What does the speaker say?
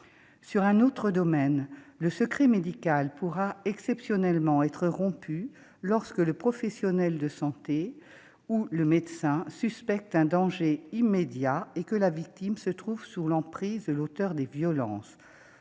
Dans un autre domaine, le secret médical pourra exceptionnellement être rompu, lorsque le professionnel de santé ou le médecin suspecte un danger immédiat et que la victime se trouve sous l'emprise de l'auteur des violences.